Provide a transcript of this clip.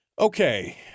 Okay